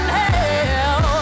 hell